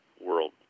world